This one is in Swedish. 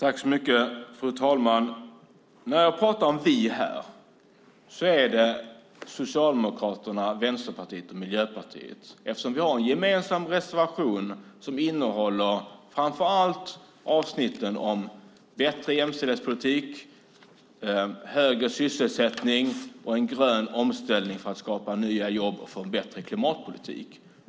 Fru talman! När jag pratar om vi är det Socialdemokraterna, Vänsterpartiet och Miljöpartiet eftersom vi har en gemensam reservation som innehåller framför allt avsnitten om bättre jämställdhetspolitik, högre sysselsättning och en grön omställning för att skapa nya jobb och få en bättre klimatpolitik.